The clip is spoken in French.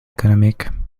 économiques